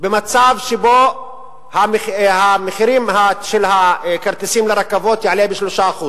במצב שבו המחירים של הכרטיסים לרכבות יעלו ב-3%,